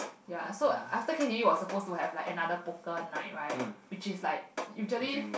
ya so after K_T_V was supposed to have like another poker night right which is like usually